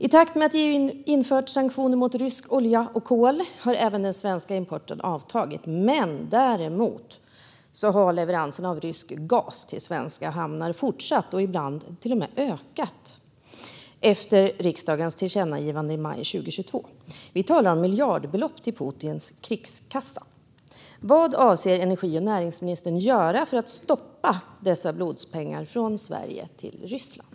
I takt med att det har införts sanktioner mot rysk olja och ryskt kol har även den svenska importen avtagit. Däremot har leveranserna av rysk gas till svenska hamnar fortsatt och ibland till och med ökat efter riksdagens tillkännagivande i maj 2022. Vi talar om miljardbelopp till Putins krigskassa. Vad avser energi och näringsministern att göra för att stoppa dessa blodspengar från Sverige till Ryssland?